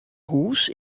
hûs